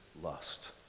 lust